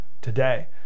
today